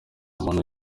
umuntu